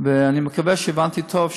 אני מקווה שהבנתי טוב,